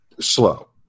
slow